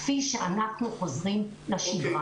כפי שאנחנו חוזרים לשגרה.